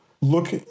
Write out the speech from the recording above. look